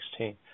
2016